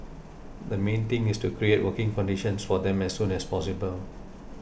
the main thing is to create working conditions for them as soon as possible